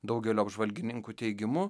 daugelio apžvalgininkų teigimu